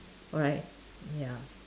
alright ya